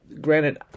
granted